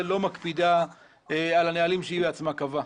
לא מקפידה על הנהלים שהיא בעצמה קבעה.